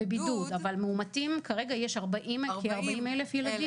בבידוד, אבל מאומתים כרגע יש כ-40,000 ילדים.